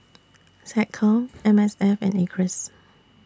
Seccom M S F and Acres